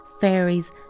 fairies